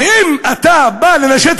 ואם אתה בא לנשל את